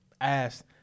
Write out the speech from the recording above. asked